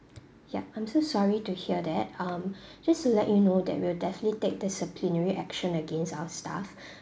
ya I'm so sorry to hear that um just to let you know that we'll definitely take disciplinary action against our staff